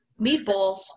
meatballs